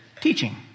teaching